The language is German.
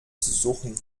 suchen